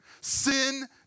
Sin